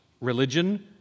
religion